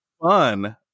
fun